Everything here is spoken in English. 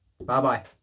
Bye-bye